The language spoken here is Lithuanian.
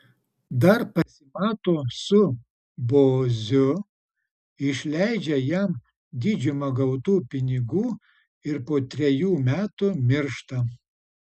dar pasimato su boziu išleidžia jam didžiumą gautų pinigų ir po trejų metų miršta